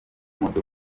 modoka